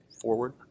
forward